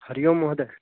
हरिः ओं महोदय